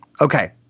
Okay